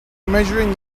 measuring